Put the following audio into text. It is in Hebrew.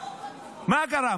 מה קרה?